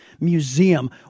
museum